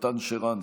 נתן שרנסקי,